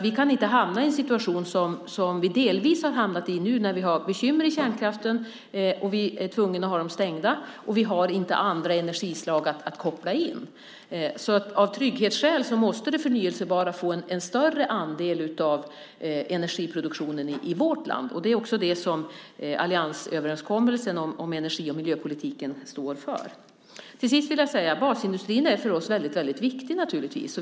Vi kan inte hamna i en situation, som vi delvis har hamnat i nu, med bekymmer i kärnkraften där vi är tvungna att stänga verken och vi inte har andra energislag att koppla in. Av trygghetsskäl måste det förnybara få en större andel av energiproduktionen i vårt land. Det är också det som alliansöverenskommelsen om energi och miljöpolitiken står för. Basindustrin är naturligtvis viktig för oss.